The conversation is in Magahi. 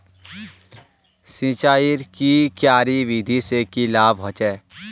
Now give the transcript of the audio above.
सिंचाईर की क्यारी विधि से की लाभ होचे?